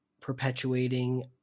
perpetuating